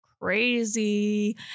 Crazy